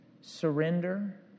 surrender